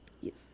yes